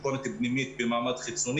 בבית.